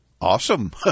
Awesome